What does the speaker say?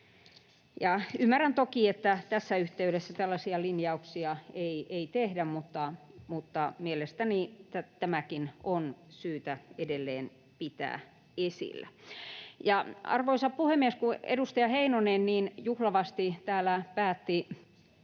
Ymmärrän toki, että tässä yhteydessä tällaisia linjauksia ei tehdä, mutta mielestäni tämäkin on syytä edelleen pitää esillä. Arvoisa puhemies! Kun edustaja Heinonen niin juhlavasti täällä päätti